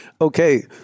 okay